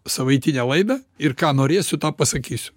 savaitinę laidą ir ką norėsiu tą pasakysiu